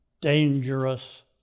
dangerous